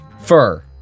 Fur